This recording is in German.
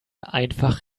einfach